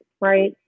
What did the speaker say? right